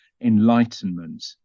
enlightenment